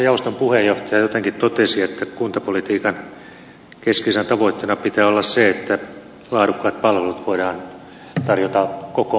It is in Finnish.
jaoston puheenjohtaja jotenkin totesi että kuntapolitiikan keskeisenä tavoitteena pitää olla se että laadukkaat palvelut voidaan tarjota koko maahan